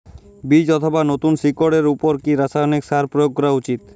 বীজ অথবা নতুন শিকড় এর উপর কি রাসায়ানিক সার প্রয়োগ করা উচিৎ?